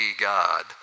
God